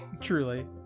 Truly